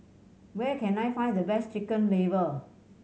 where can I find the best Chicken Liver